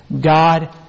God